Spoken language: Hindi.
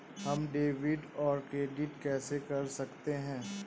हम डेबिटऔर क्रेडिट कैसे कर सकते हैं?